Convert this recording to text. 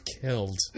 killed